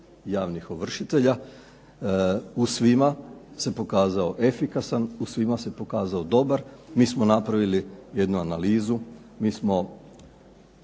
javnih ovršitelja, u svima se pokazao efikasan, u svima se pokazao dobar, mi smo napravili jednu analizu, mi smo